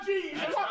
Jesus